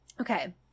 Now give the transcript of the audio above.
Okay